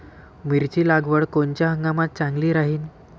मिरची लागवड कोनच्या हंगामात चांगली राहीन?